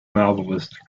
novelist